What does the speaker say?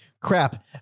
crap